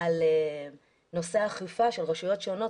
על נושא האכיפה של רשויות שונות,